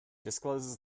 discloses